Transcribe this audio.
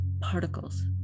particles